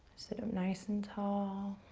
sit up nice and tall.